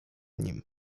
nim